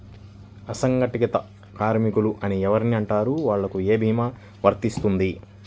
అసంగటిత కార్మికులు అని ఎవరిని అంటారు? వాళ్లకు ఏ భీమా వర్తించుతుంది?